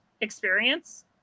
experience